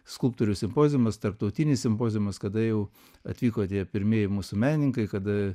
skulptorių simpoziumas tarptautinis simpoziumas kada jau atvyko tie pirmieji mūsų menininkai kada